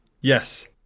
Yes